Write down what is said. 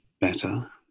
better